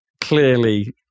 clearly